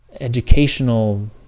educational